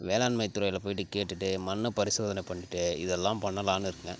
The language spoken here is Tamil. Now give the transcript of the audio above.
வேளாண்மைத் துறையில் போயிட்டு கேட்டுட்டு மண்ணை பரிசோதனை பண்ணிட்டு இதெல்லாம் பண்ணலாம்னு இருக்கேன்